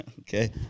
Okay